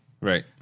Right